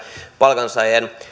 palkansaajien